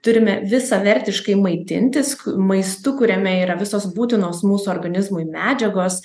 turime visavertiškai maitintis maistu kuriame yra visos būtinos mūsų organizmui medžiagos